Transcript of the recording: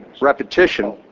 repetition